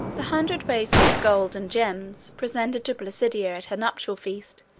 the hundred basins of gold and gems, presented to placidia at her nuptial feast,